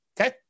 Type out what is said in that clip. Okay